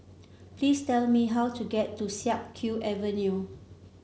please tell me how to get to Siak Kew Avenue